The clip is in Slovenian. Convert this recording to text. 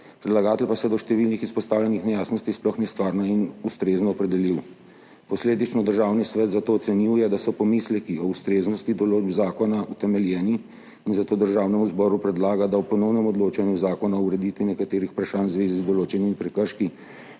predlagatelj pa se do številnih izpostavljenih nejasnosti sploh ni stvarno in ustrezno opredelil. Državni svet zato ocenjuje, da so pomisleki o ustreznosti določb zakona utemeljeni, in zato Državnemu zboru predlaga, da ob ponovnem odločanju o Zakonu o ureditvi nekaterih vprašanj v zvezi z določenimi prekrški,